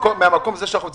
מהמקום הזה שאנחנו נמצאים,